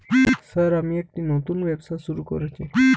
Sir আমি একটি নতুন ব্যবসা শুরু করেছি?